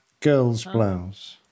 Girlsblouse